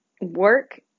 work